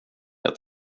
jag